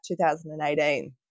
2018